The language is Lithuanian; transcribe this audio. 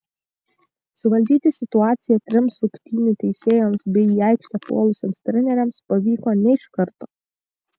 suvaldyti situaciją trims rungtynių teisėjoms bei į aikštę puolusiems treneriams pavyko ne iš karto